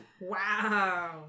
Wow